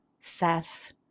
Seth